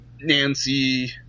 Nancy